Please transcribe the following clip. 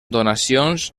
donacions